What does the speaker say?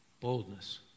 Boldness